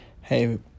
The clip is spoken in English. hey